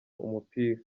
umupira